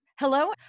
Hello